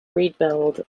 rebuild